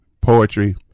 poetry